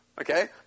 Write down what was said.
okay